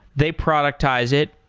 they productize it,